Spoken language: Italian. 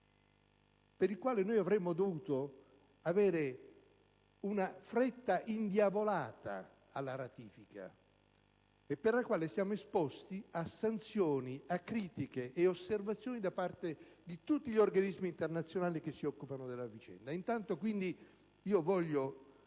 per il quale avremmo dovuto avere una fretta indiavolata nella ratifica, rispetto alla quale siamo esposti a sanzioni, critiche e osservazioni da parte di tutti gli organismi internazionali che si occupano della vicenda. Il Governo non